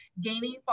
gaining